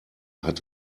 hat